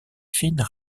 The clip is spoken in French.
fines